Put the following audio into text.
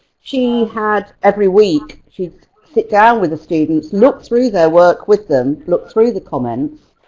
she had every week she'd sit down with the students, look through their work with them, look through the comments,